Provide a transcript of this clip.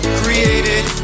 created